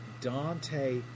Dante